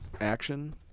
Action